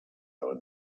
out